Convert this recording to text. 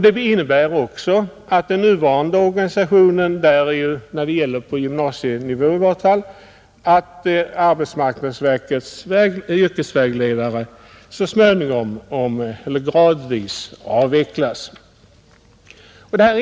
Det innebär också att den nuvarande organisationen på gymnasienivå med yrkesvägledare från arbetsmarknadsverket gradvis avvecklas.